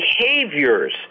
behaviors